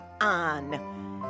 on